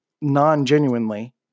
non-genuinely